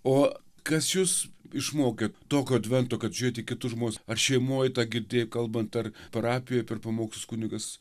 o kas jus išmokė tokio advento kad žiūrėti į kitus žmones ar šeimoj tą girdėjai kalbant ar parapijoj per pamokslus kunigas